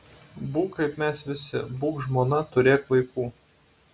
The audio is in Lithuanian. būk kaip mes visi būk žmona turėk vaikų